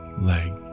leg